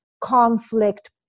conflict